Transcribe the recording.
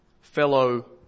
fellow